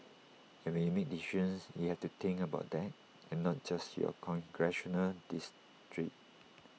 and when you make decisions you have to think about that and not just your congressional district